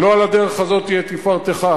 לא על הדרך הזאת תהיה תפארתך.